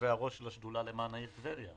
יושבי הראש של השדולה למען העיר טבריה,